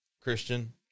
Christian